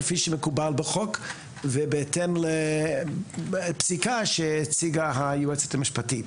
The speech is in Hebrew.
כפי שמקובל בחוק ובהתאם לפסיקה שהציגה היועצת המשפטית